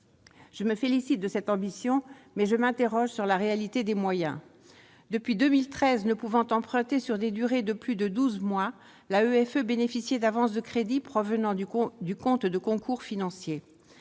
Je me félicite de cette ambition, mais je m'interroge sur la réalité des moyens. Depuis 2013, ne pouvant emprunter sur des durées de plus de douze mois, l'AEFE bénéficiait d'avances de crédits provenant du compte de concours financiers.